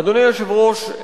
אדוני היושב-ראש,